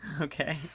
okay